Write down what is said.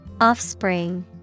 Offspring